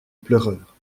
pleureur